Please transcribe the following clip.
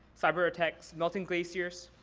cyber attacks, melting glaciers,